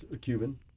Cuban